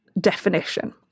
definition